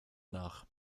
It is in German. nach